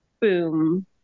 Boom